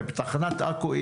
ובתחנת עכו,